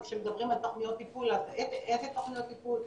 וכשמדברים על תוכניות טיפול אז איזה תוכניות טיפול.